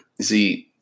See